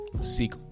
Seek